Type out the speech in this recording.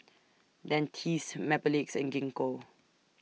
Dentiste Mepilex and Gingko